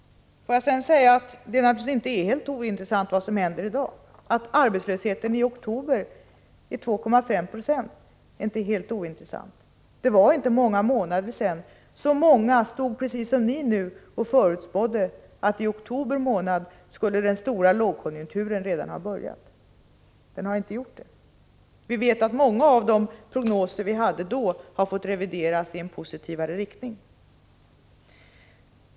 Låt mig sedan säga att det naturligtvis inte är helt ointressant vad som händer i dag. Att arbetslösheten i oktober är 2,5 96 är inte helt ointressant. Det är inte många månader sedan många — precis som ni gör nu — förutspådde att i oktober månad skulle den stora lågkonjunkturen redan ha börjat. Den har inte gjort det. Många av de prognoser vi gjorde då har fått revideras i en positivare riktning.